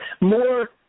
more